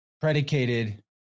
predicated